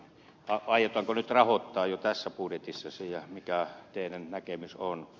aiotaanko nyt rahoittaa jo tässä budjetissa se ja mikä teidän näkemyksenne on